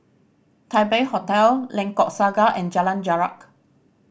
Taipei Hotel Lengkok Saga and Jalan Jarak